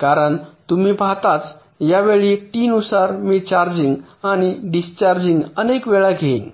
कारण तुम्ही पाहताच या वेळी टी नुसार मी चार्जिंग आणि डिस्चार्जिंग अनेक वेळा घेईन